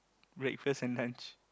breakfast and lunch